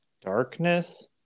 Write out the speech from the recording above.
darkness